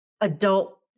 adult